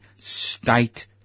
state